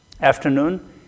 afternoon